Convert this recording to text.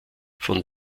von